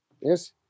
Yes